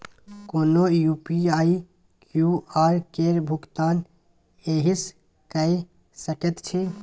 कोनो UPI QR केर भुगतान एहिसँ कए सकैत छी